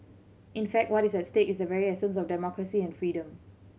in fact what is at stake is the very essence of democracy and freedom